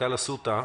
מנכ"ל אסותא.